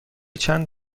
چند